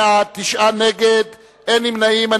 51 בעד, תשעה נגד, אין נמנעים.